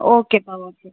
ஓகேப்பா ஓகே